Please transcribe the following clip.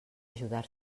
ajudar